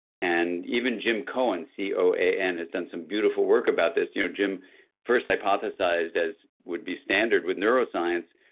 and even jim coan, c o a n, has done some beautiful work about this. you know jim first hypothesized, as would be standard with neuroscience,